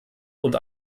und